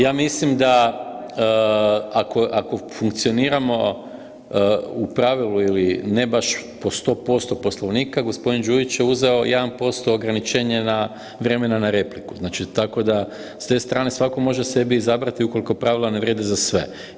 Ja mislim da ako funkcioniramo u pravilu ili ne baš po 100% Poslovnika gospodin Đujić je uzeo 1% ograničenja vremena na repliku, znači tako s te strane svatko može sebi izabrati ukoliko pravila ne vrijede za sve.